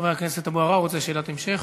חבר הכנסת אבו עראר, רוצה שאלת המשך?